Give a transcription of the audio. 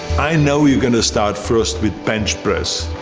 i know you're gonna start first with bench press,